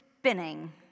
spinning